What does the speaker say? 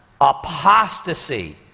Apostasy